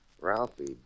Ralphie